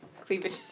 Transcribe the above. Cleavage